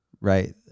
right